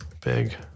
Big